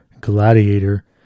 Gladiator